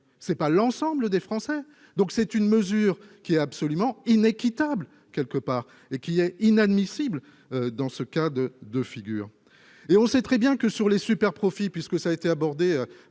c'est pas l'ensemble des Français, donc c'est une mesure qui est absolument inéquitable quelque part et qui est inadmissible, dans ce cas de de figure et on sait très bien que sur les superprofits puisque ça a été abordé